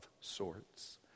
sorts